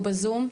הוא בזום.